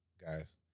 guys